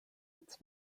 its